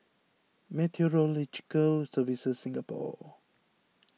Meteorological Services Singapore